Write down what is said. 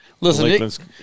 Listen